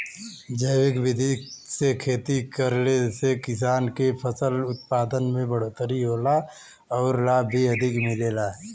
जैविक विधि से खेती करले से किसान के फसल उत्पादन में बढ़ोतरी होला आउर लाभ भी अधिक मिलेला